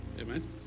Amen